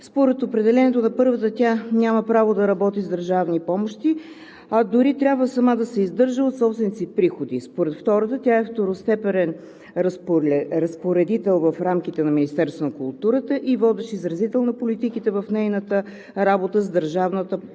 Според определението на първата тя няма право да работи с държавни помощи, а дори трябва сама да се издържа от собствените си приходи. Според втората тя е второстепенен разпоредител в рамките на Министерството на културата и водещ изразител на политиките в нейната работа с държавната помощ,